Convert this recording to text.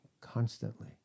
constantly